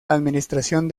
administración